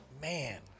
Man